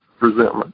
resentment